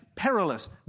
Perilous